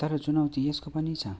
तर चुनौती यसको पनि छ